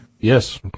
Yes